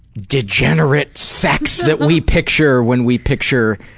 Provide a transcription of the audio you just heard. degenerate sex that we picture when we picture